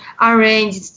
arrange